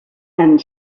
and